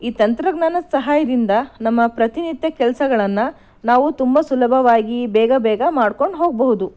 ಈ ತಂತ್ರಜ್ಞಾನದ ಸಹಾಯದಿಂದ ನಮ್ಮ ಪ್ರತಿನಿತ್ಯ ಕೆಲಸಗಳನ್ನು ನಾವು ತುಂಬ ಸುಲಭವಾಗಿ ಬೇಗ ಬೇಗ ಮಾಡಿಕೊಂಡು ಹೋಗಬಹುದು